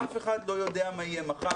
אף אחד לא יודע מה יהיה מחר,